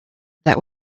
that